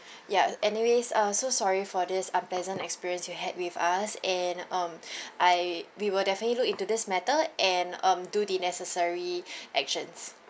ya anyways uh so sorry for this unpleasant experience you had with us and um I we will definitely look into this matter and um do the necessary actions